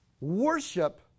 Worship